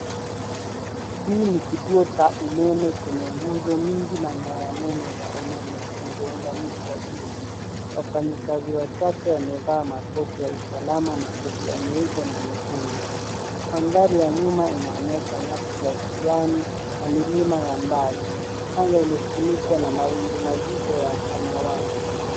Hii ni kituo cha umeme chenye nguzo nyingi na nyaya nene za umeme zilizounganishwa juu. Wafanyikazi wachache wamevaa makoti ya usalama na kofia nyeupe na nyekundu. Mandhari ya nyuma inaonyesha nyasi za kijani na milima ya mbali. Anga imefunikwa na mawingu mazito ya samawali.